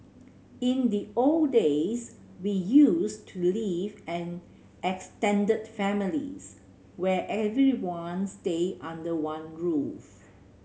in the old days we used to live an extended families where everyone stayed under one roof